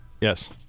Yes